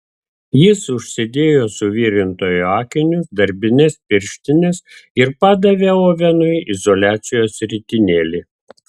jis užsidėjo suvirintojo akinius darbines pirštines ir padavė ovenui izoliacijos ritinėlį